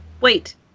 Wait